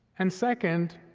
and second,